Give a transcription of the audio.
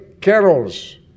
carols